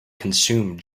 consume